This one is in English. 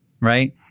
right